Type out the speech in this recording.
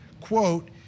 quote